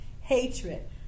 hatred